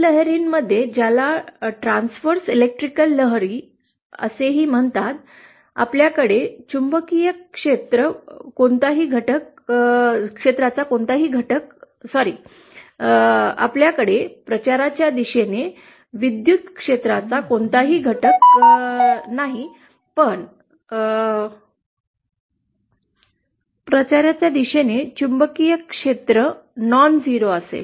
TE लहरींमध्ये ज्याला transverse electric लहरी असेही म्हणतात आपल्याकडे चुंबकीय क्षेत्राचा कोणताही घटक नाही सॉरी आपल्याकडे प्रचाराच्या दिशेने विद्युत क्षेत्राचा कोणताही घटक नाही पण घटक प्रचाराच्या दिशेने चुंबकीय क्षेत्र नॉनझिरो असेल